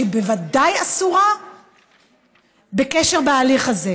שהיא בוודאי אסורה בקשר בהליך הזה.